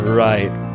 right